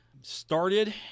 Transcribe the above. started